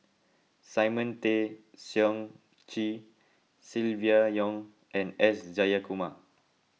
Simon Tay Seong Chee Silvia Yong and S Jayakumar